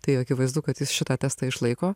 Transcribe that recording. tai akivaizdu kad jis šitą testą išlaiko